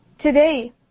Today